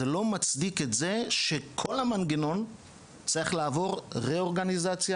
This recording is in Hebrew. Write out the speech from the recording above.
זה לא מצדיק את זה שכל המנגנון צריך לעבור ארגון מחדש,